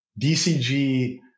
DCG